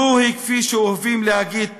זוהי, כפי שאוהבים להגיד פה,